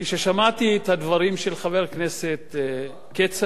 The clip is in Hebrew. כששמעתי את הדברים של חבר הכנסת כצל'ה,